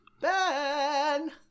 Ben